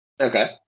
Okay